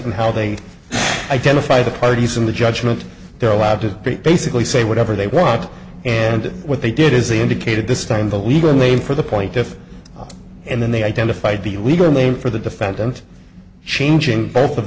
in how they identify the parties in the judgment they're allowed to basically say whatever they want and what they did is they indicated this time the legal name for the point if and then they identified the legal name for the defendant changing both of